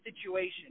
situation